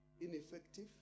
ineffective